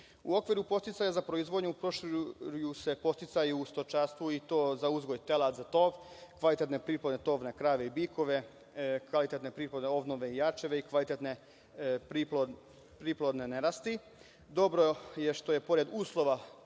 okviru podsticaja za proizvodnju proširuju se podsticaji u stočarstvu, i to za uzgoj teladi za tov, kvalitetne priplodne tovne krave i bikove, kvalitetne priplodne ovnove i jarčeve i kvalitetne priplode nerasti. Dobro je što je, pored uslova